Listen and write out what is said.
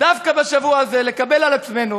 דווקא בשבוע הזה לקבל על עצמנו